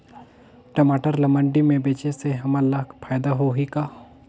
टमाटर ला मंडी मे बेचे से हमन ला फायदा होही का?